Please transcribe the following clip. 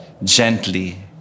Gently